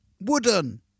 wooden